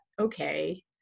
okay